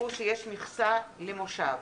מכסה למושב.